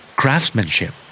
craftsmanship